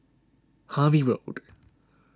Harvey Road